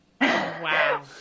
Wow